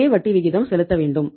அதே வட்டி விகிதம் செலுத்த வேண்டும்